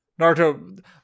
Naruto